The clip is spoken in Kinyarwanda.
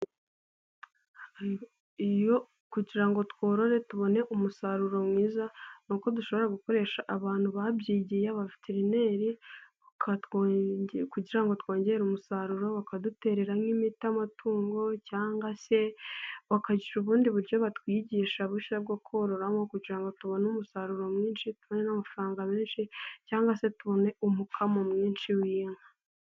Iyo kugira ngo tworore tubone umusaruro mwiza, ni uko dushobora gukoresha abantu babyigiye, abaveterineri kugira ngo twongere umusaruro, bakaduterera nk'imiti, amatungo, cyangwa se bakagira ubundi buryo batwigisha bushya bwo kororamo, kugira ngo tubone umusaruro mwinshi, tubonee n'amafaranga menshi ,cyangwa se tubone umukamo mwinshi w'inka.